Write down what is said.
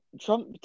Trump